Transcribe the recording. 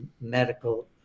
medical